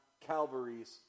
Calvary's